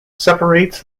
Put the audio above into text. separates